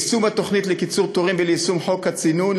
יישום התוכנית לקיצור תורים וליישום חוק הצינון,